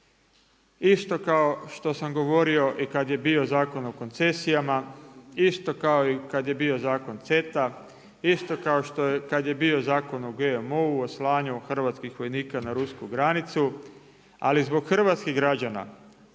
isto kao što sam govorio i kada je bio Zakon o koncesijama, isto kao i kada je bio Zakon CETA, isto kad je bio Zakon o GMO-u, o slanju hrvatskih vojnika na rusku granicu. Ali zbog hrvatskih građana